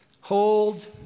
Hold